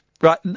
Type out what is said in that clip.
Right